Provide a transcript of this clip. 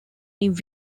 new